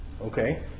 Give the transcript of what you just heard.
Okay